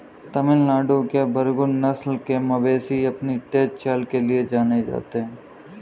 तमिलनाडु के बरगुर नस्ल के मवेशी अपनी तेज चाल के लिए जाने जाते हैं